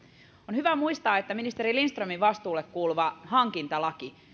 on hyvä muistaa että ministeri lindströmin vastuulle kuuluva hankintalaki